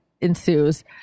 ensues